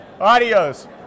Adios